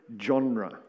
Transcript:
genre